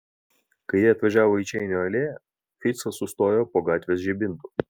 kai jie atvažiavo į čeinio alėją ficas sustojo po gatvės žibintu